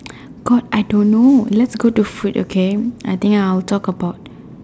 cause I don't know let's go to food okay I think I will talk about